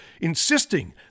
insisting